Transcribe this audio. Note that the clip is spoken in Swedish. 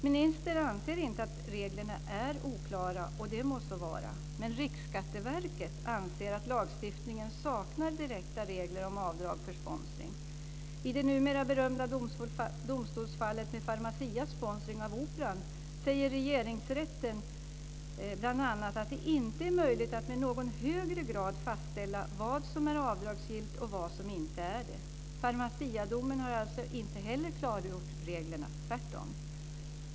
Ministern anser inte att reglerna är oklara, och det må så vara. Men Riksskatteverket anser att lagstiftningen saknar direkta regler om avdrag för sponsring. I det numera berömda domstolsfallet med Pharmacias sponsring av Operan säger regeringsrätten bl.a. att det inte är möjligt att i någon högre grad fastställa vad som är avdragsgillt och vad som inte är det. Pharmaciadomen har alltså inte heller klargjort reglerna, tvärtom.